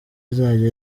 izajya